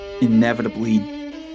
inevitably